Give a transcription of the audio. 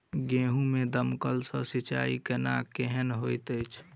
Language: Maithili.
गेंहूँ मे दमकल सँ सिंचाई केनाइ केहन होइत अछि?